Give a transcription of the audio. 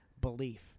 belief